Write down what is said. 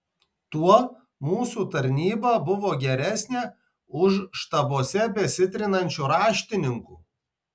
tuo mūsų tarnyba buvo geresnė už štabuose besitrinančių raštininkų